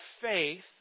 faith